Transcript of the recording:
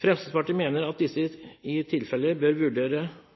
Fremskrittspartiet mener at man i disse tilfellene bør vurdere